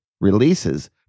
releases